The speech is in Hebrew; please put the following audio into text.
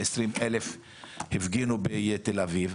עשרים אלף הפגינו בתל אביב,